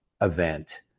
event